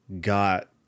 got